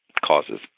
causes